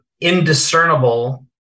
indiscernible